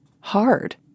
hard